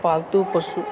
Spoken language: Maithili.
पालतु पशु